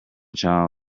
child